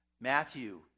Matthew